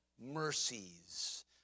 mercies